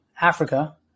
Africa